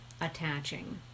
attaching